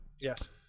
Yes